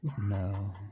No